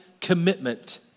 commitment